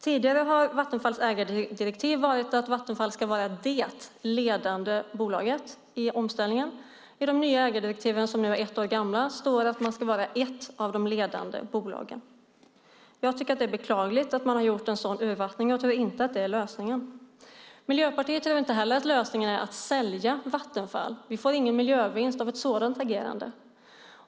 Tidigare har Vattenfalls ägardirektiv varit att Vattenfall ska vara det ledande bolaget i omställningen. I de nya ägardirektiven, som nu är ett år gamla, står det att Vattenfall ska vara ett av de ledande bolagen. Jag tycker att det är beklagligt att man har gjort en sådan urvattning och tror inte att det är lösningen. Miljöpartiet tror inte heller att lösningen är att sälja Vattenfall. Vi får ingen miljövinst av ett sådant agerande.